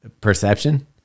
perception